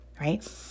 right